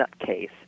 nutcase